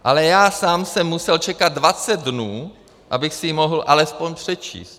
Ale já sám jsem musel čekat dvacet dnů, abych si ji mohl alespoň přečíst.